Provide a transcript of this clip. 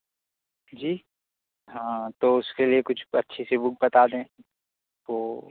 جی ہاں تو اس کے لیے کچھ اچھی سی بک بتا دیں تو